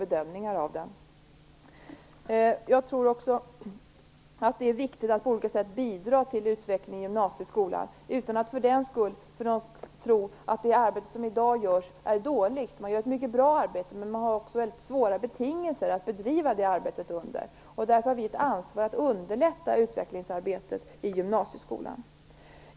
Jag tror också att det är viktigt att på olika sätt bidra till utvecklingen i gymnasieskolan utan att för den skull tro att det arbete som i dag görs är dåligt. Det görs ett mycket bra arbete, men man har mycket svåra betingelser att bedriva arbetet under. Därför har vi ett ansvar för att underlätta utvecklingsarbetet i gymnasieskolan.